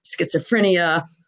schizophrenia